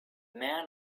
man